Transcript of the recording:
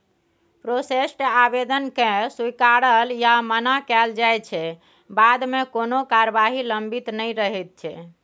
processed आबेदनकेँ स्वीकारल या मना कएल जाइ छै बादमे कोनो कारबाही लंबित नहि रहैत छै